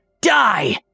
die